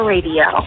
Radio